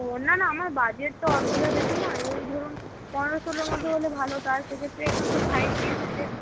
ও না না আমার বাজেট তো অতটা বেশি নয় ওই ধরুন পনেরো ষোলোর মধ্যে হলে ভালো হতো আর সেক্ষেত্রে এখন তো ফাইভ জি এসেছে